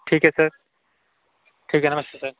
ठीक है सर ठीक है नमस्ते सर